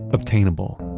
obtainable.